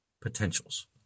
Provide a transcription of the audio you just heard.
potentials